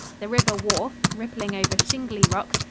the river wharfe, rippling over shingly rocks,